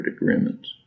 agreements